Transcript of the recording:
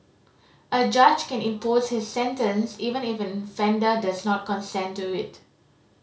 a judge can impose this sentence even if an offender does not consent to it